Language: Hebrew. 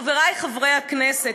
חברי חברי הכנסת,